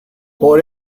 por